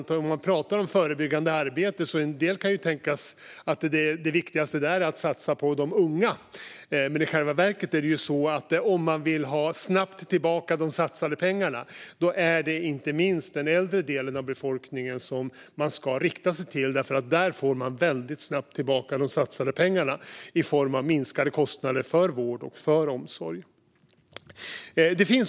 När man talar om förebyggande arbete kan en del tänka att det viktigaste där är att satsa på de unga. I själva verket är det så att om man snabbt vill ha tillbaka de satsade pengarna är det inte minst den äldre delen av befolkningen som man ska rikta sig till. Där får man väldigt snabbt tillbaka de satsade pengarna i form av minskade kostnader för vård och omsorg. Fru talman!